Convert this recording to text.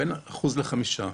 בין אחוז לחמישה.